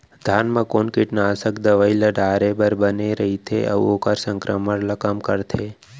धान म कोन कीटनाशक दवई ल डाले बर बने रइथे, अऊ ओखर संक्रमण ल कम करथें?